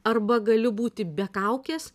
arba galiu būti be kaukės